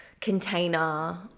container